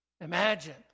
Imagine